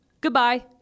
Goodbye